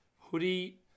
hoodie